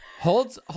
holds